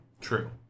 True